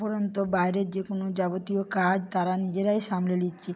উপরন্তু বাইরের যে কোনও যাবতীয় কাজ তারা নিজেরাই সামলে নিচ্ছে